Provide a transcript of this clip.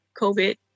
COVID